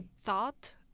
thought